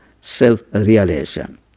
self-realization